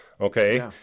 Okay